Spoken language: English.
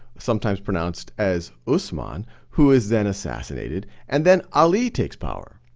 sometimes pronounced as osman who is then assassinated. and then, ali takes power.